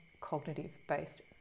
cognitive-based